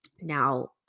now